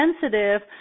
sensitive